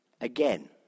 again